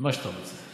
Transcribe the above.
מה שאתה רוצה.